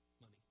money